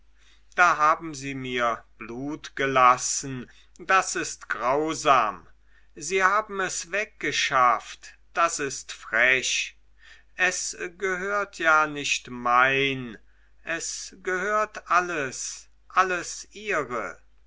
da haben sie mir blut gelassen das ist grausam sie haben es weggeschafft das ist frech es gehört ja nicht mein es gehört alles alles ihre